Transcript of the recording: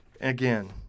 Again